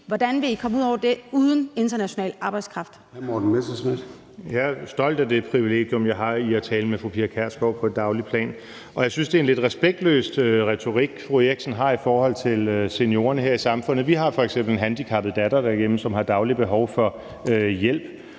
Morten Messerschmidt. Kl. 21:17 Morten Messerschmidt (DF): Jeg er stolt over det privilegium, jeg har ved at kunne tale med fru Pia Kjærsgaard på daglig basis, og jeg synes, det er en lidt respektløs retorik, fru Rosa Eriksen har i forhold til seniorerne her i samfundet. Vi har f.eks. en handicappet datter derhjemme, som har behov for daglig